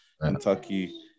Kentucky